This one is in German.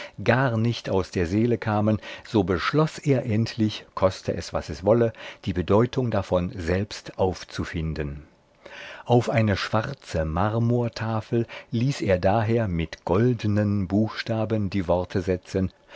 gar nicht aus der seele kamen so beschloß er endlich koste es was es wolle die bedeutung davon selbst aufzufinden auf eine schwarze marmortafel ließ er daher mit goldnen buchstaben die worte setzen